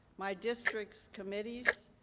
my district's committees,